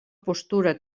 postura